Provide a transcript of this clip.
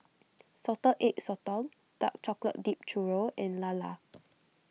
Salted Egg Sotong Dark Chocolate Dipped Churro and Lala